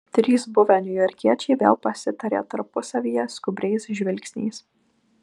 trys buvę niujorkiečiai vėl pasitarė tarpusavyje skubriais žvilgsniais